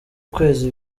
kwezi